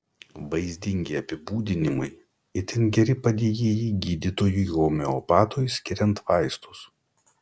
vaizdingi apibūdinimai itin geri padėjėjai gydytojui homeopatui skiriant vaistus